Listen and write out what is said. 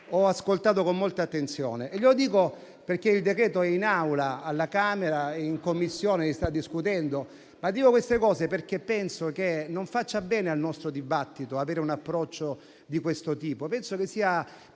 ascoltato con molta attenzione e glielo dico perché il decreto è in Aula alla Camera e in Commissione si sta discutendo. Dico queste cose perché penso che non faccia bene al nostro dibattito avere un approccio di questo tipo.